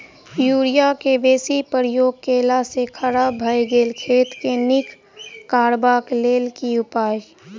Urea केँ बेसी प्रयोग केला सऽ खराब भऽ गेल खेत केँ नीक करबाक लेल की उपाय?